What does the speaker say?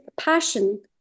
passion